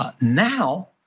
Now